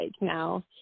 now